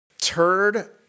Turd